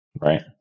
Right